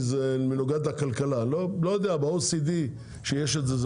מנוגד לכלכלה ב-OECD שיש את זה,